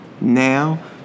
now